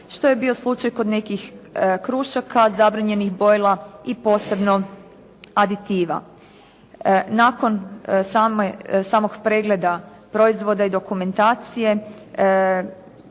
što je bio slučaj kod nekih krušaka, zabranjenih bojila i posebno aditiva. Nakon samog pregleda proizvoda i dokumentacije